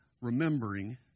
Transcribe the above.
remembering